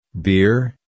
Beer